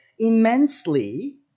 immensely